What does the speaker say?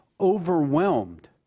overwhelmed